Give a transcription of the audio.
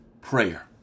prayer